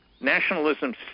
nationalism